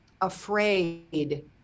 afraid